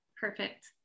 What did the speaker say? Perfect